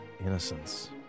innocence